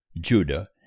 Judah